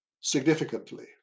significantly